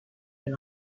been